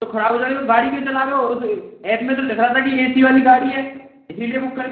तो खराब हो जाए गाड़ी क्यों चला रहे हो उस ऐप में तो लिख रहा था कि एसी वाली गाड़ी है इसीलिए बुक करी